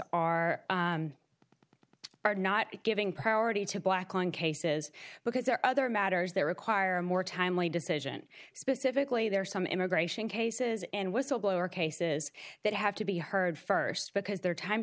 r are not giving priority to black line cases because there are other matters that require more timely decision specifically there are some immigration cases and whistleblower cases that have to be heard first because they're time